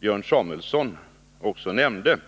Björn Samuelson nyss nämnde.